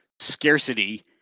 Scarcity